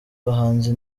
bahanzi